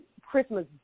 Christmas